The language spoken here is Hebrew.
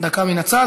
דקה מן הצד,